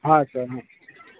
हाँ सर